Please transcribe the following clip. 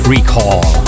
Recall